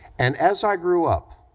and as i grew up,